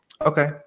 Okay